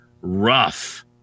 rough